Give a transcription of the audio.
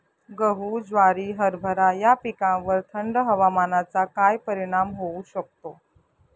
गहू, ज्वारी, हरभरा या पिकांवर थंड हवामानाचा काय परिणाम होऊ शकतो?